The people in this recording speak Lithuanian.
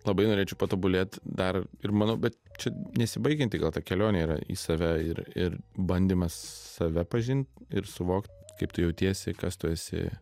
labai norėčiau patobulėt dar ir mano bet čia nesibaigianti gal ta kelionė yra į save ir ir bandymas save pažint ir suvokt kaip tu jautiesi kas tu esi